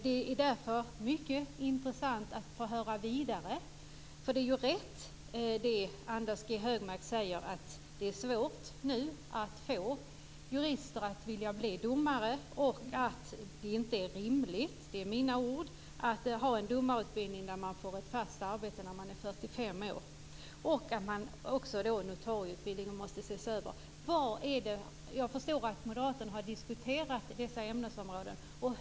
Det vore därför mycket intressant att få höra något mer om det. Det är rätt som Anders G Högmark säger att det nu är svårt att få jurister att vilja bli domare. Det är inte rimligt - och det är mina ord - att ha en domarutbildning där man får ett fast arbete när man är 45 år. Också notarieutbildningen måste ses över. Jag förstår att moderaterna har diskuterat dessa ämnesområden.